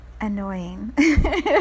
annoying